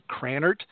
Cranert